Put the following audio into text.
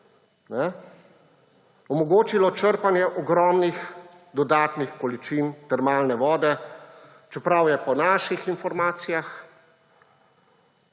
omogočilo črpanje ogromnih dodatnih količin termalne vode, čeprav je po naših informacijah